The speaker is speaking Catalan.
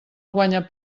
guanya